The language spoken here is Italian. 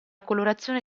colorazione